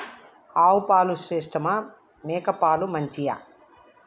ఆవు పాలు శ్రేష్టమా మేక పాలు మంచియా?